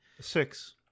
six